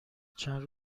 چند